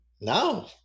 No